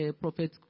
Prophet